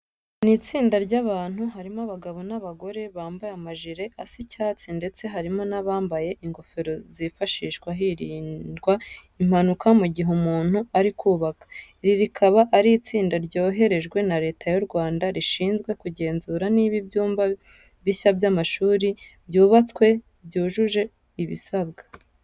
Ni itsinda ry'abantu harimo abagabo n'abagore, bambaye amajire asa icyatsi ndetse harimo n'abambaye ingofero zifashishwa hirindwa impanuka mu gihe umuntu ari kubaka. Iri rikaba ari itsinda ryoherejwe na Leta y'u Rwanda rishinzwe kugenzura niba ibyumba bishya by'amashuri byubatswe byujuje ibisabwa.